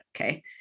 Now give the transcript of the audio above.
Okay